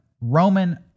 Roman